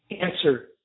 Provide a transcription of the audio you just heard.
answer